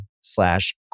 slash